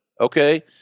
Okay